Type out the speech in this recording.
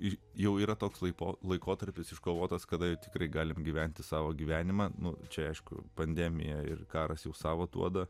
ir jau yra toks laiko laikotarpis iškovotas kada tikrai galime gyventi savo gyvenimą nuo čia aišku pandemija ir karas jau savo duoda